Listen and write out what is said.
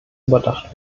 überdacht